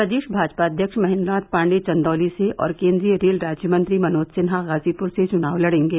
प्रदेश भाजपा अध्यक्ष महेन्द्रनाथ पांडेय चंदौली से और केन्द्रीय रेल राज्यमंत्री मनोज सिन्हा गाजीपुर से चुनाव लड़ेंगे